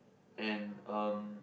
and um